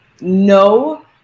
no